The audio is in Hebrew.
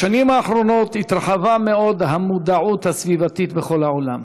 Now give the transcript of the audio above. בשנים האחרונות התרחבה מאוד המודעות הסביבתית בכל העולם,